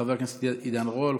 חבר הכנסת עידן רול,